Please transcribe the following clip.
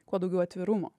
kuo daugiau atvirumo